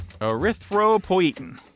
erythropoietin